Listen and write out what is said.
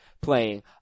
playing